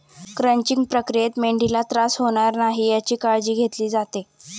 crunching प्रक्रियेत मेंढीला त्रास होणार नाही याची काळजी घेतली जाते